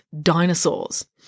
dinosaurs